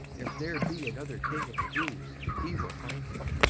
if there be another king of the jews, he will find him.